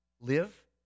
Live